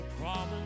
promise